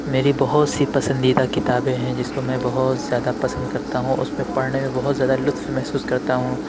میری بہت سی پسندیدہ کتابیں ہیں جس کو میں بہت زیادہ پسند کرتا ہوں اُس پہ پڑھنے میں بہت زیادہ لُطف محسوس کرتا ہوں